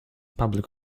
public